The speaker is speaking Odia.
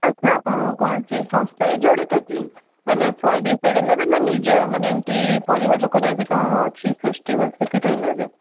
ଆଚ୍ଛା ଆପଣ କୌଣସି ସଂସ୍ଥାରେ ଜଡ଼ିତ କି ମାନେ ଶହେ ଦୁଇ ଶହଟା ନେବେ ନା ନିଜ ମାନେ ଏମିତି ପରିବା ଲୋକର ବି କ'ଣ ଅଛି ଫେଷ୍ଟିବଲ୍ ସେଥିପାଇଁ ନେବେ